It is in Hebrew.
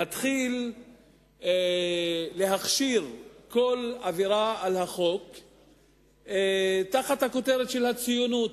להתחיל להכשיר כל עבירה על החוק תחת הכותרת של הציונות.